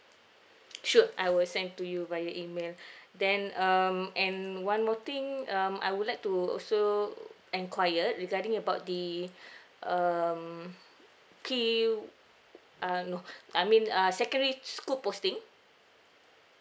shoot I will send to you via email then um and one more thing um I would like to also enquire regarding about the um P o~ uh no I mean uh secondary school posting